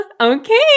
okay